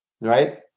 right